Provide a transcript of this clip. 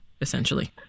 essentially